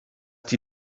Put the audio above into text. die